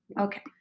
Okay